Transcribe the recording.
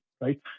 right